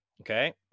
okay